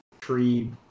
tree